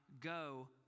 go